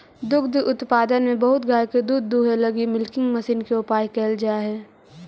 दुग्ध उत्पादन में बहुत गाय के दूध दूहे लगी मिल्किंग मशीन के उपयोग कैल जा हई